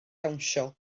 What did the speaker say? dawnsio